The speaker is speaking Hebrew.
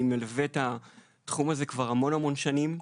אני מלווה את התחום הזה כבר המון-המון שנים,